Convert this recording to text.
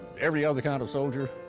every other kind of soldier.